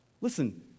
Listen